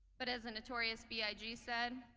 but as the notorious b i g. said,